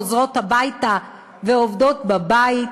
חוזרות הביתה ועובדות בבית,